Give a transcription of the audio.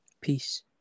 Peace